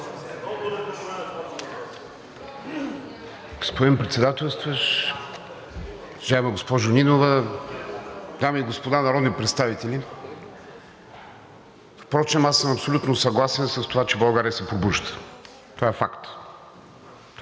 Господин Председателстващ, уважаема госпожо Нинова, дами и господа народни представители! Впрочем абсолютно съм съгласен с това, че България се пробужда. Това е факт.